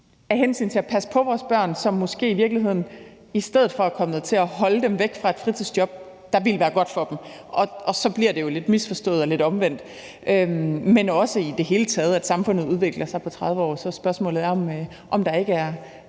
af hensyn til at passe på vores børn, som måske i virkeligheden har gjort, at vi i stedet for er kommet til at holde dem væk fra et fritidsjob, der ville have været godt for dem. Så bliver det jo lidt misforstået og lidt omvendt. Men det er også i det hele taget sådan, at samfundet udvikler sig på 30 år, så spørgsmålet er, om der ikke er